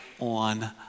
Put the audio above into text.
on